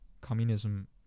communism